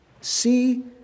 See